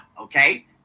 okay